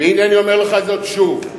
והנה אני אומר לך זאת שוב,